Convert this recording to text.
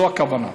זו הכוונה.